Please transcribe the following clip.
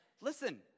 listen